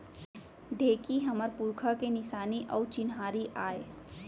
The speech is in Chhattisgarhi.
ढेंकी हमर पुरखा के निसानी अउ चिन्हारी आय